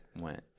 went